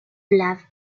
lave